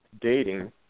dating